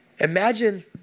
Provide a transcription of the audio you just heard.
Imagine